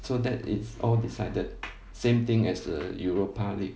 so that it's all decided same thing as the europa league